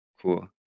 Cool